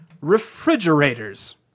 Refrigerators